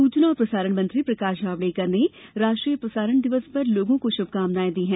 सूचना और प्रसारण मंत्री प्रकाश जावड़ेकर ने राष्ट्रीय प्रसारण दिवस पर लोगों को शुभकामनाएं दी हैं